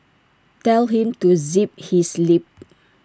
tell him to zip his lip